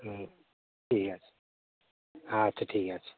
হুম ঠিক আছে আচ্ছা ঠিক আছে